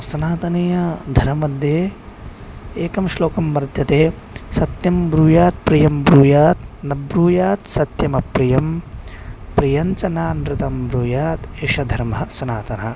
सनातनीयधर्मे एकः श्लोकः वर्तते सत्यं ब्रूयात् प्रियं ब्रूयात् न ब्रूयात् सत्यमप्रियं प्रियञ्च नानृतं ब्रूयात् एषः धर्मः सनातनः